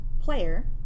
Player